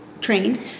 trained